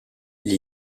gli